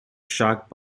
shark